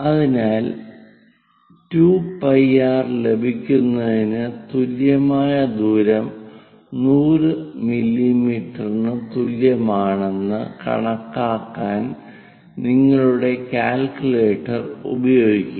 അതിനാൽ 2πr ലഭിക്കുന്നതിന് തുല്യമായ ദൂരം 100 മില്ലീമീറ്ററിന് തുല്യമാണെന്ന് കണക്കാക്കാൻ നിങ്ങളുടെ കാൽക്കുലേറ്റർ ഉപയോഗിക്കുക